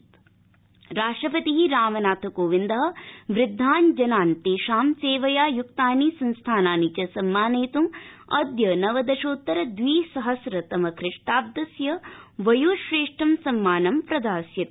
राष्ट्रपति पुरस्कार राष्ट्रपति रामनाथ कोविंद वृद्धान् जनान् तेषां सेवया युक्तानि संस्थानानि च सम्मानयितुं अद्य नवदशोतर द्विसहस्रतम खिष्टाब्दस्य वयोश्रेष्ठ सम्मानं प्रदास्यति